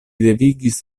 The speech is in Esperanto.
devigis